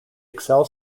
excel